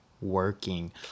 working